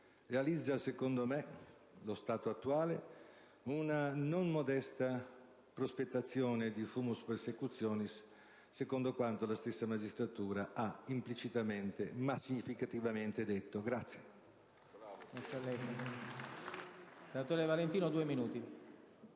realizza, secondo me, allo stato attuale, una non modesta prospettazione di *fumus persecutionis*, secondo quanto la stessa magistratura ha implicitamente ma significativamente detto.